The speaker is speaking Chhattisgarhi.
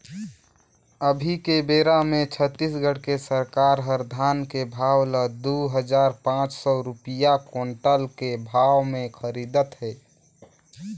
अभी के बेरा मे छत्तीसगढ़ के सरकार हर धान के भाव ल दू हजार पाँच सौ रूपिया कोंटल के भाव मे खरीदत हे